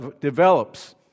develops